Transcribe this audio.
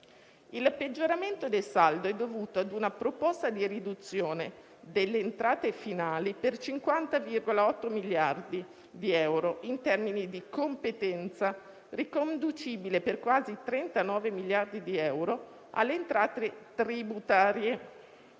Il peggioramento del saldo è dovuto a una proposta di riduzione delle entrate finali per 50,8 miliardi di euro in termini di competenza, riconducibile per quasi 39 miliardi di euro alle entrate tributarie,